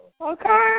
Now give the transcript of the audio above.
Okay